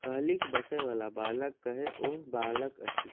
काल्हिक बसैवला बालक कहै ओह बालक अछि